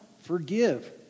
Forgive